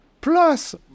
Plus